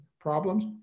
problems